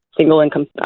single-income